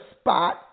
spot